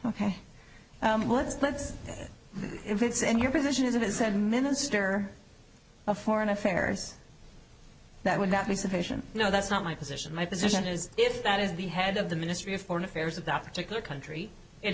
ok let's let's see if it's in your position is a bit said minister of foreign affairs that would not be sufficient no that's not my position my position is if that is the head of the ministry of foreign affairs of that particular country it